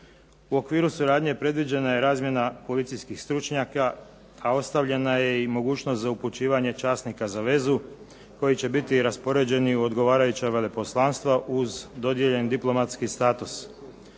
U okviru suradnje predviđena je razmjena policijskih stručnjaka, a ostavljena je i mogućnost za upućivanje časnika za vezu koji će biti raspoređeni u odgovarajuća veleposlanstva, uz dodijeljen diplomatski status.